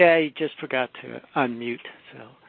i just forgot to unmute. so,